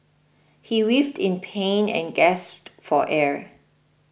he writhed in pain and gasped for air